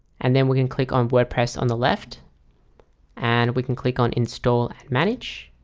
and then we can click on wordpress on the left and we can click on install and manage